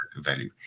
value